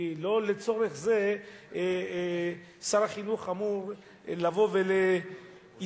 כי לא לצורך זה שר החינוך אמור לבוא ולהתנהל